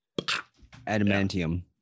adamantium